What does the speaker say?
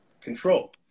control